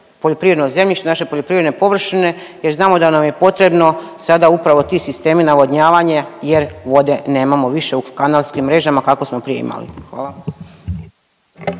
poljoprivredno zemljište, naše poljoprivredne površine jer znamo da nam je potrebno sada upravo ti sistemi navodnjavanja jer vode nemamo više u kanalskim mrežama kako smo prije imali. Hvala.